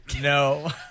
No